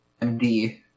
MD